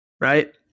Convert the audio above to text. right